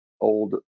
old